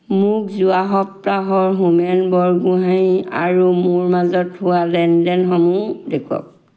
মোক যোৱা সপ্তাহৰ হোমেন বৰগোহাঞি আৰু মোৰ মাজত হোৱা লেনদেনসমূহ দেখুৱাওক